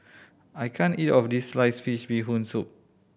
I can't eat all of this sliced fish Bee Hoon Soup